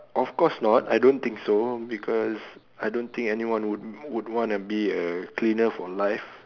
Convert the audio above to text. of course not I don't think so because I don't think anyone would would wanna be a cleaner for life